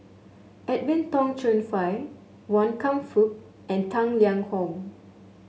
Edwin Tong Chun Fai Wan Kam Fook and Tang Liang Hong